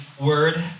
word